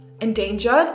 endangered